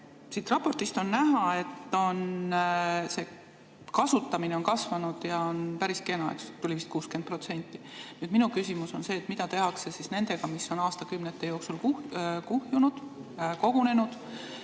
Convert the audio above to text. Siit raportist on näha, et nende kasutamine on kasvanud ja see on päris kena, tuli vist 60%. Minu küsimus on selline: mida tehakse nende [jäätmetega], mis on aastakümnete jooksul kuhjunud, kogunenud?